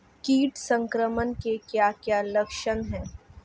कीट संक्रमण के क्या क्या लक्षण हैं?